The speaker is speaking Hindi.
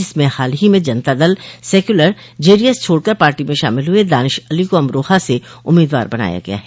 जिसमें हाल ही में जनता दल सैक्युलर जेडीएस छोड़कर पार्टी में शामिल हुए दानिश अली को अमरोहा से उम्मीदवार बनया गया है